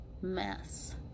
mess